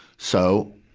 so,